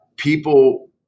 people